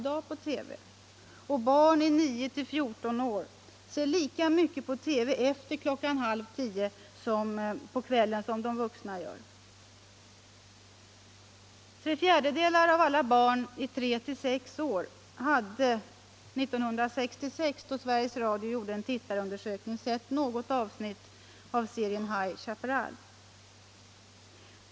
Barn i åldersgruppen 9-14 år ser lika mycket på TV efter klockan halv tio på kvällen som vuxna gör. Tre fjärdedelar av alla barn i åldersgruppen 3-6 år hade 1966, då Sveriges Radio gjorde en tittarundersökning, sett något avsnitt av ”High Chapparal”.